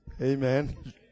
Amen